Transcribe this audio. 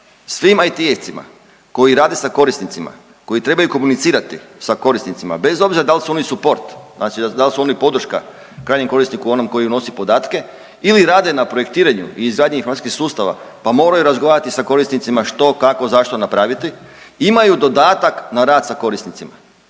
svim IT-ovcima koji rade sa korisnicima, koji trebaju komunicirati sa korisnicima bez obzira da li su oni support, znači da li su oni podrška krajnjem korisniku onom koji unosi podatke ili rade na projektiranju i izgradnji informacijskih sustava pa moraju razgovarati sa korisnicima što, kako, zašto napraviti. Imaju dodatak na rad sa korisnicima.